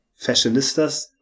fashionistas